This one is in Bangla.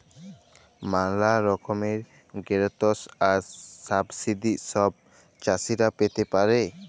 ম্যালা রকমের গ্র্যালটস আর সাবসিডি ছব চাষীরা পাতে পারে